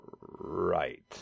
Right